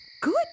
Good